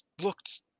looked